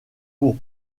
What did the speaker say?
pour